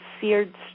seared